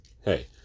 Hey